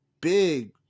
big